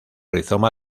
rizoma